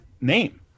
name